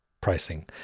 pricing